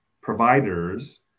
providers